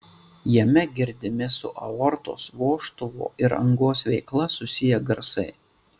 jame girdimi su aortos vožtuvo ir angos veikla susiję garsai